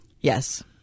Yes